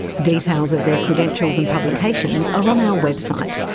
details of their credentials and publications are on our website.